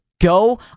go